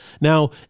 Now